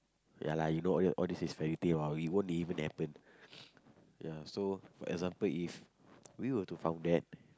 ya lah you know all your all this is fairytale what it won't even happen ya so for example if we were to found that